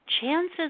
chances